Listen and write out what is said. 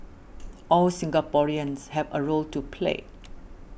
all Singaporeans have a role to play